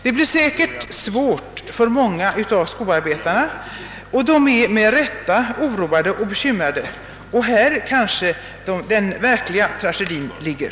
Det blir säkert svårt för många skoarbetare, och de är med rätta oroade och bekymrade. Det är kanske där som den verkliga tragedin ligger.